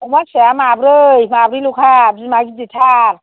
अमा फिसाया माब्रै माब्रैल'खा बिमा गिदिरथार